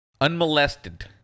Unmolested